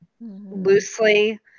loosely